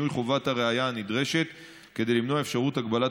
שינוי חובת הראיה הנדרשת כדי למנוע אפשרות הגבלת